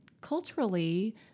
culturally